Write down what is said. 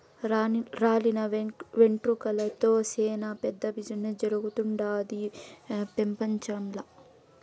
రాలిన వెంట్రుకలతో సేనా పెద్ద బిజినెస్ జరుగుతుండాది పెపంచంల